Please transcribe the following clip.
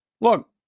look